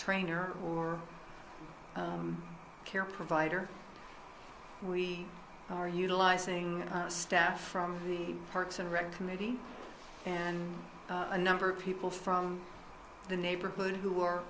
trainer or care provider we are utilizing staff from the parks and rec committee and a number of people from the neighborhood who are